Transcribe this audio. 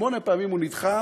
שמונה פעמים הוא נדחה,